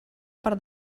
per